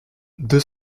deux